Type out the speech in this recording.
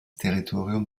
territorium